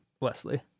wesley